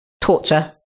torture